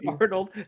Arnold